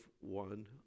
one